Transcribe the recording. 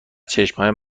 چشمهایم